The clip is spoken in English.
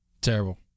Terrible